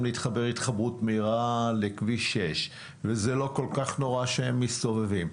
להתחבר התחברות מהירה לכביש 6 וזה לא כל כך נורא שהם מסתובבים.